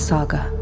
Saga